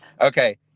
Okay